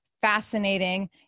fascinating